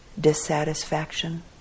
dissatisfaction